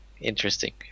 interesting